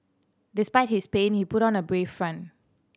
despite his pain he put on a brave front